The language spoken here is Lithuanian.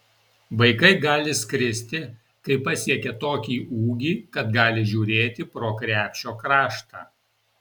vaikai gali skristi kai pasiekia tokį ūgį kad gali žiūrėti pro krepšio kraštą